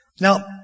Now